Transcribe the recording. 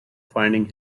finding